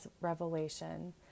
revelation